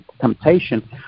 temptation